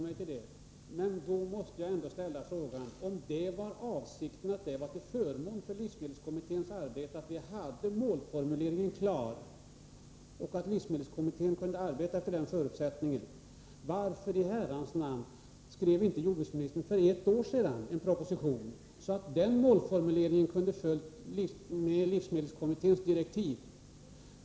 Men om avsikten var att det skulle vara till förmån för livsmedelskommitténs arbete med en klar målformulering och att kommittén kunde arbeta med den förutsättningen, varför i Herrans namn skrev då inte jordbruksministern en proposition för ett år sedan? Då hade ju den målformuleringen kunnat följa livsmedelskommitténs direktiv.